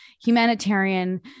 humanitarian